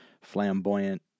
flamboyant